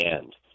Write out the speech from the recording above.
end